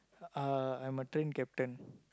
uh I'm a train captain